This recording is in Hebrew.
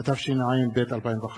התשע"ב 2011,